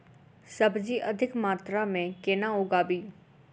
सब्जी अधिक मात्रा मे केना उगाबी?